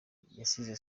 yasize